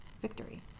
victory